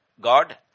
God